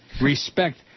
Respect